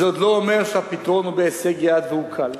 זה עוד לא אומר שהפתרון הוא בהישג יד והוא קל.